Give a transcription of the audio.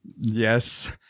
Yes